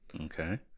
Okay